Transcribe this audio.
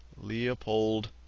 Leopold